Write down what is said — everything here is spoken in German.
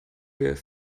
wir